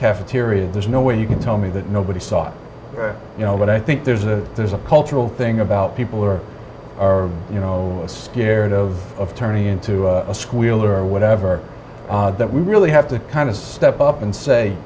cafeteria there's no way you can tell me that nobody saw it you know what i think there's a there's a cultural thing about people who are are you know scared of turning into a squealer or whatever that we really have to kind of step up and say